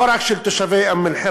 לא רק של תושבי אום-אלחיראן,